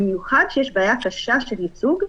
במיוחד כשיש בעיה קשה של ייצוג,